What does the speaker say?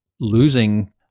losing